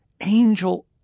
angel